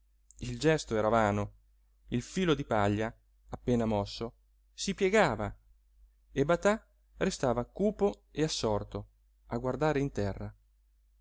il gesto era vano il filo di paglia appena mosso si piegava e batà restava cupo e assorto a guardare in terra